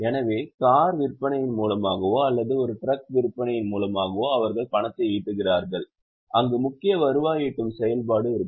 எனவே கார் விற்பனையின் மூலமாகவோ அல்லது ஒரு டிரக் விற்பனையின் மூலமாகவோ அவர்கள் பணத்தை ஈட்டுகிறார்கள் அங்கு முக்கிய வருவாய் ஈட்டும் செயல்பாடு இருக்கும்